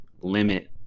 limit